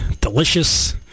delicious